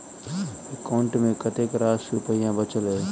account मे कतेक रास रुपया बचल एई